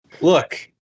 Look